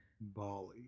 Bali